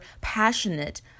passionate